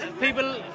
people